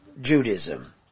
Judaism